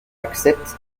accepte